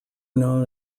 known